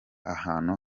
ahantu